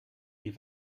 die